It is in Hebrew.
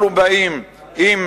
אנחנו באים על הליבה?